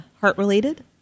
heart-related